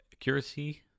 accuracy